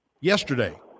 yesterday